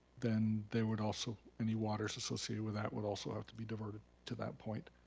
then there would also, any waters associated with that would also have to be diverted to that point.